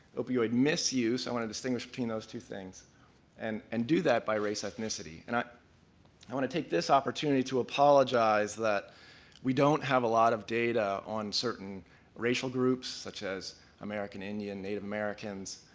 opioid misuse, i want to distinguish between those two things and and do that by race ethnicity. and i i want to take this opportunity to apologize that we don't have a lot of data on certain racial groups such as american indian, native americans,